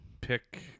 pick